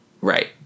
Right